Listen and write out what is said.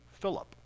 Philip